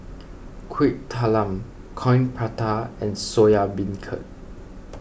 Kuih Talam Coin Prata and Soya Beancurd